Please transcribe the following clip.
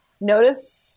notice